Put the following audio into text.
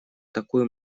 такую